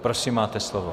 Prosím máte slovo.